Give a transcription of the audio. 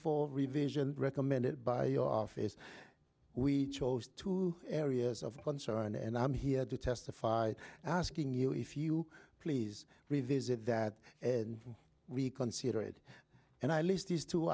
four revision recommended by your face we chose to areas of concern and i'm here to testify asking you if you please revisit that and reconsider it and i list these two